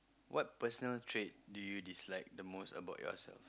what personal trait do you dislike the most about yourself